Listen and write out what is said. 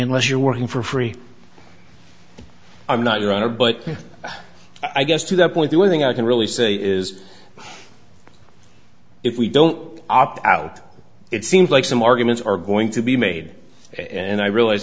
unless you're working for free i'm not your honor but i guess to that point the one thing i can really say is if we don't opt out it seems like some arguments are going to be made and i realize